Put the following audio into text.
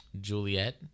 Juliet